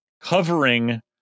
covering